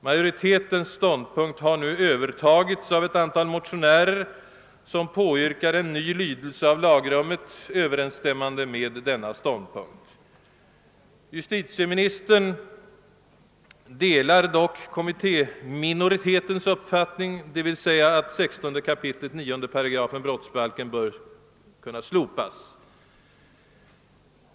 Majoritetens ståndpunkt har nu övertagits av ett antal motionärer, som påyrkar en ny lydelse av lagrummet, överensstämmande med denna ståndpunkt. Justitieministern delar dock kommitté minoritetens uppfattning att 16 kap. 9 § brottsbalken bör kunna slopas.